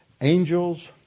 Angels